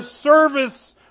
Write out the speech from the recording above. service